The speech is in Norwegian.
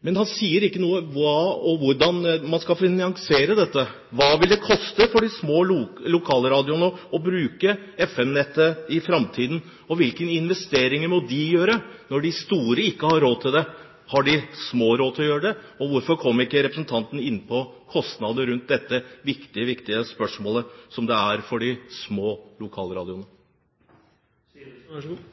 Men han sier ikke noe om hva og hvordan man skal finansiere dette. Hva vil det koste for de små lokalradioene å bruke FM-nettet i framtiden? Hvilke investeringer må de gjøre når de store ikke har råd til det? Har de små råd til å gjøre det? Hvorfor kom ikke representanten inn på kostnadene rundt dette viktige spørsmålet for de små lokalradioene? Meldingen sier helt klart at de små lokalradioene skal ivaretas på en god